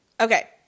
okay